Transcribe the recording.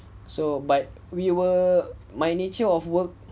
so but we were my nature of work